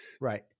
Right